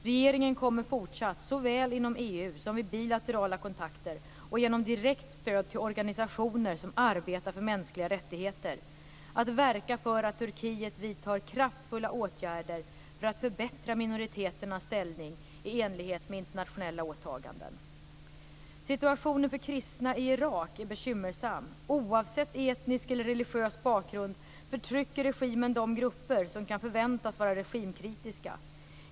Regeringen kommer fortsatt, såväl inom EU som vid bilaterala kontakter och genom direkt stöd till organisationer som arbetar för mänskliga rättigheter, att verka för att Turkiet vidtar kraftfulla åtgärder för att förbättra minoriteternas ställning i enlighet med internationella åtaganden. Situationen för kristna i Irak är bekymmersam. Oavsett etnisk eller religiös bakgrund förtrycker regimen de grupper som kan förväntas vara regimkritiska.